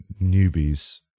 newbies